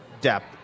depth